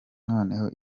noneho